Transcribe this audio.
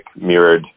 mirrored